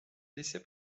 décès